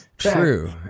true